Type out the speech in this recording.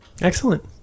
Excellent